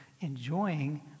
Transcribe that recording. enjoying